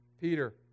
Peter